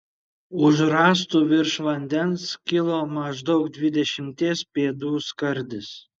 už rąstų virš vandens kilo maždaug dvidešimties pėdų skardis